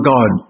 God